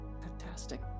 fantastic